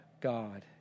God